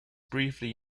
briefly